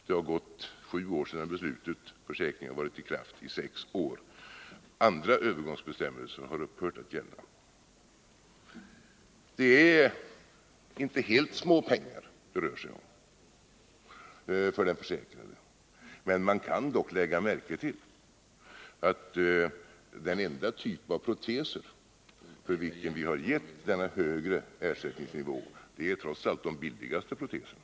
Det har gått sju år sedan beslutet fattades, och försäkringen har varit i kraft i sex år. Andra övergångsbestämmelser har upphört att gälla. Det är inte direkt småpengar det rör sig om för den försäkrade. Men man kan dock lägga märke till att den enda typ av proteser för vilken vi gett denna högre ersättning trots allt är de billigaste proteserna.